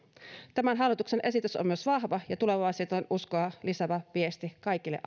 tämän hallituksen esitys on myös vahva ja tulevaisuudenuskoa lisäävä viesti kaikille